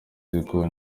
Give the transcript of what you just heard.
ziko